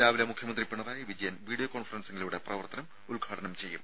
രാവിലെ മുഖ്യമന്ത്രി പിണറായി വിജയൻ വീഡിയോ കോൺഫറൻസിംഗിലൂടെ പ്രവർത്തനം ഉദ്ഘാടനം ചെയ്യും